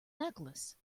necklace